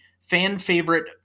fan-favorite